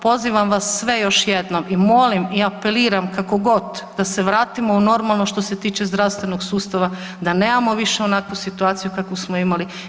Pozivam vas sve još jednom i molim i apeliram kako god da se vratimo u normalno što se tiče zdravstvenog sustava, da nemamo više onakvu situaciju kakvu smo imali.